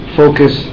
focus